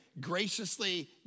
graciously